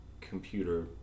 computer